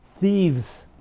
thieves